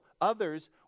Others